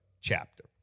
chapter